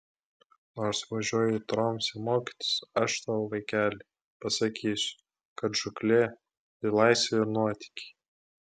nors važiuoji į tromsę mokytis aš tau vaikeli pasakysiu kad žūklė tai laisvė ir nuotykiai